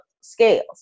scales